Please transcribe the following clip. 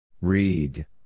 Read